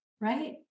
Right